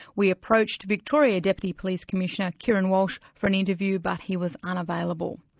we approached victoria deputy police commissioner, kieran walsh for an interview, but he was unavailable.